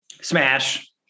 Smash